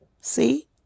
See